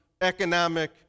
economic